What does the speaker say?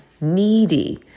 needy